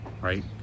right